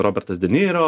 robertas deniro